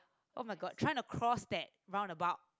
oh-my-god trying to cross that round about